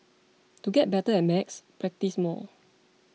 to get better at maths practise more